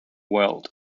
world